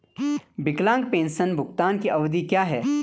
विकलांग पेंशन भुगतान की अवधि क्या है?